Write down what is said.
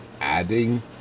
adding